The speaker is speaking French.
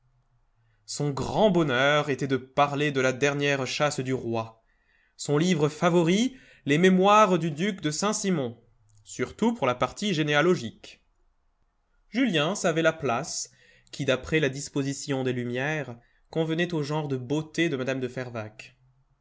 son grand bonheur était de parler de la dernière chasse du roi son livre favori les mémoires du duc de saint-simon surtout pour la partie généalogique julien savait la place qui d'après la disposition des lumières convenait au genre de beauté de mme de fervaques